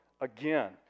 again